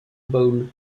bowl